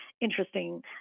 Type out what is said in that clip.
interesting